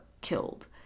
killed